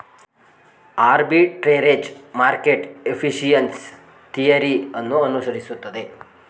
arbitrage market efficiency theory ಅನ್ನು ಅನುಸರಿಸುತ್ತದೆ